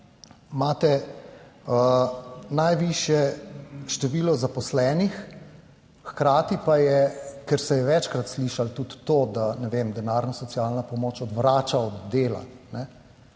Imate najvišje število zaposlenih, hkrati pa je, ker se je večkrat slišalo tudi to da, ne vem, denarna socialna pomoč odvrača od dela,